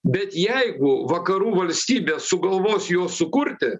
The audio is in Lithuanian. bet jeigu vakarų valstybė sugalvos juos sukurti